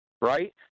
right